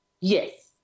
Yes